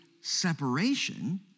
separation